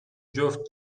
جفت